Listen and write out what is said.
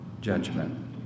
judgment